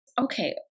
okay